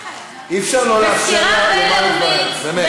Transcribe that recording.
אי-אפשר לא לאפשר לה לומר את דבריה, באמת.